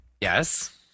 Yes